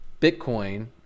bitcoin